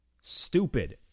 Stupid